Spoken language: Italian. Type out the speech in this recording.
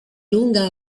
lunga